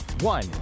one